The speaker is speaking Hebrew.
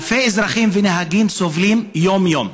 אלפי אזרחים ונהגים סובלים יום-יום,